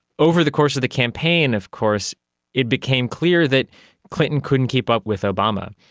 over the course of the campaign of course it became clear that clinton couldn't keep up with obama.